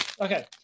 Okay